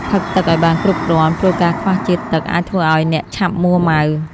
ផឹកទឹកឱ្យបានគ្រប់គ្រាន់ ព្រោះការខ្វះជាតិទឹកអាចធ្វើឱ្យអ្នកឆាប់មួម៉ៅ។